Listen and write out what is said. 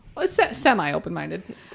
Semi-open-minded